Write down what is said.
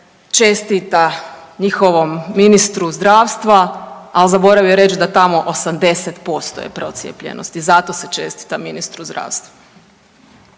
čestita njihovom ministru zdravstva, a zaboravio je reći da tamo 80% je procijepljenosti zato se čestita ministru zdravstva.